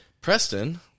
Preston